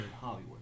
Hollywood